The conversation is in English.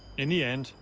in the end,